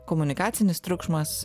komunikacinis triukšmas